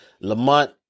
Lamont